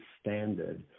standard